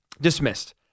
dismissed